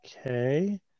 Okay